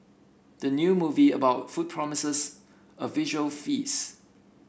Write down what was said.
the new movie about food promises a visual feast